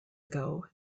ago